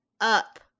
up